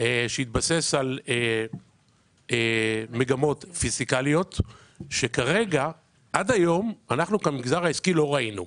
שיתבסס על מגמות פיסקליות שכרגע עד היום במגזר העסקי לא ראינו.